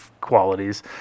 qualities